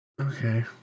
Okay